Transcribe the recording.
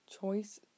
choice